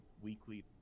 Weekly